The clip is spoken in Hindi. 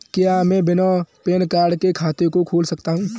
क्या मैं बिना पैन कार्ड के खाते को खोल सकता हूँ?